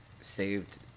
saved